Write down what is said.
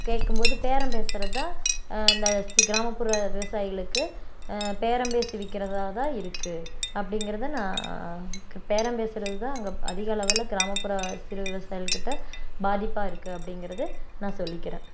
கேட்கும்போது பேரம் பேசுகிறதுதான் அந்த கிராமப்புற விவசாயிகளுக்கு பேரம்பேசி விற்கிறதாதான் இருக்குது அப்படிங்கிறத நான் பேரம்பேசுகிறதுதான் அங்கே அதிக அளவிள் கிராமப்புற சிறு விவசாயிகள் கிட்ட பாதிப்பாக இருக்குது அப்படிங்கிறது நான் சொல்லிக்கிறேன்